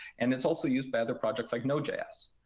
and it's also used by other projects like nojazz.